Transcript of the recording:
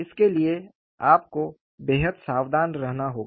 इसके लिए आपको बेहद सावधान रहना होगा